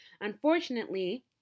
unfortunately